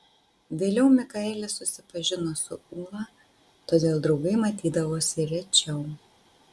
vėliau mikaelis susipažino su ūla todėl draugai matydavosi rečiau